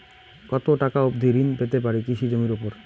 কত টাকা অবধি ঋণ পেতে পারি কৃষি জমির উপর?